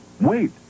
Wait